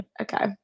Okay